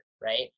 right